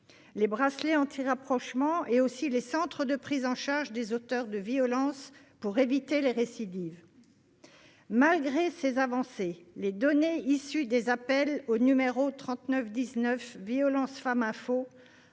les bracelets anti-rapprochement ; enfin, les centres de prise en charge des auteurs de violences pour éviter des récidives. Malgré ces avancées, les données issues des appels au numéro 3919 Violence Femmes Info